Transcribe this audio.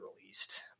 released